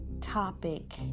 topic